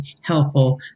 helpful